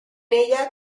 ella